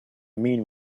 mean